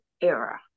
era